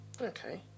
Okay